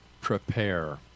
prepare